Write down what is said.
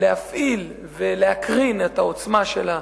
להפעיל ולהקרין את העוצמה שלה